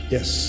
Yes